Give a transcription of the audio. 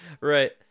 Right